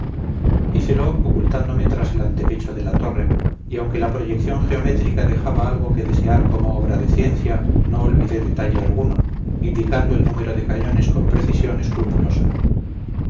que veía hícelo ocultándome tras el antepecho de la torre y aunque la proyección geométrica dejaba algo que desear como obra de ciencia no olvidé detalle alguno indicando el número de cañones con precisión escrupulosa